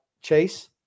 Chase